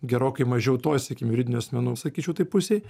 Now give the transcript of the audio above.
gerokai mažiau toj sakykim juridinių asmenų sakyčiau tai pusėj